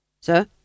Sir